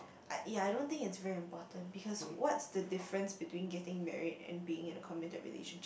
I ya I don't think it's very important because what's the difference between getting married and being in a committed relationship